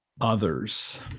others